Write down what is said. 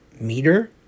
meter